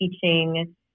teaching